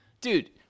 Dude